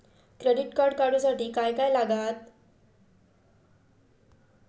Credit card काढूसाठी काय काय लागत?